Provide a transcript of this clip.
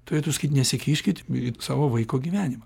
turėtų sakyt nesikiškit į savo vaiko gyvenimą